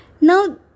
Now